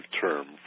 term